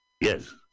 yes